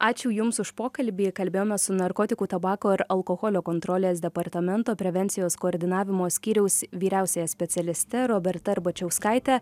ačiū jums už pokalbį kalbėjome su narkotikų tabako ir alkoholio kontrolės departamento prevencijos koordinavimo skyriaus vyriausiąja specialiste roberta arbačiauskaite